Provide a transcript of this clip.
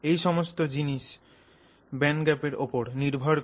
এই সমস্ত জিনিস ব্যান্ড গ্যাপ এর ওপর নির্ভর করে